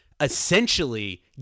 essentially